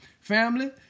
family